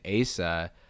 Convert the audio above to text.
Asa